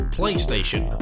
PlayStation